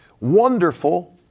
wonderful